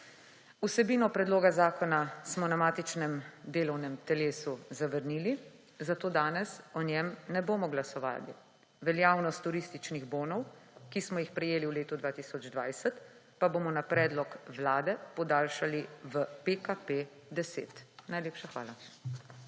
vsebino predloga zakona so na matičnem delovnem telesu zavrnili, zato danes o njem ne bomo glasovali. Veljavnost turističnih bonov, ki smo jih prejeli v letu 2020, pa bomo na predlog vlade podaljšali v PKP 10. Najlepša hvala.